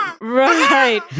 Right